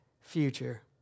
Future